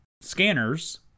Scanners